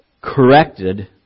corrected